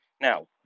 now